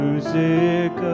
Music